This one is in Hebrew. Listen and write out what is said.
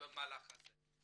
במהלך הזה.